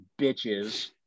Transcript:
bitches